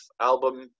album